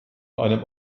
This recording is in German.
einem